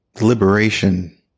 liberation